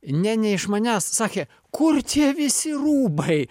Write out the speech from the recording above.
ne ne iš manęs sakė kur tie visi rūbai